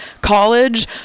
college